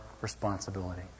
responsibility